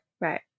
right